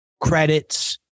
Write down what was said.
credits